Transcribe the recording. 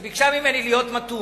לכן היא ביקשה ממני להיות מתון.